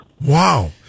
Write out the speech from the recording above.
wow